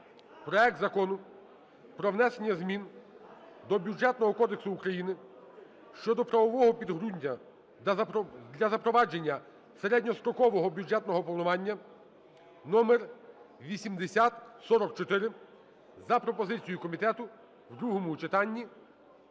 проект Закону про внесення змін до Бюджетного кодексу України щодо правового підґрунтя для запровадження середньострокового бюджетного планування (№ 8044) за пропозицією комітету в другому читанні